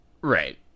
Right